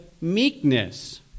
meekness